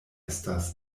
estas